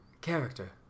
Character